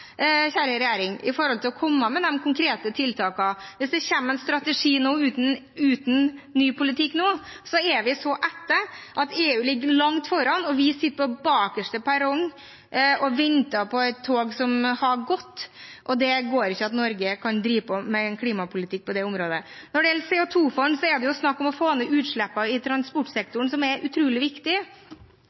kjære regjeringen, når det gjelder å komme med konkrete tiltak. Hvis det kommer en strategi uten ny politikk nå, vil vi være så mye på etterskudd at EU vil ligge langt foran, og vi vil sitte bakerst på perrongen og vente på et tog som har gått. Norge kan ikke drive med klimapolitikk på den måten. Når det gjelder CO2-fond, er det snakk om å få ned utslippene i transportsektoren, som er utrolig viktig.